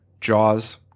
Jaws